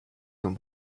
him